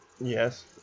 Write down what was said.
Yes